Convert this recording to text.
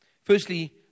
Firstly